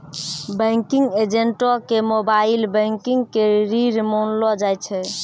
banking एजेंटो के mobile banking के रीढ़ मानलो जाय छै